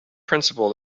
principle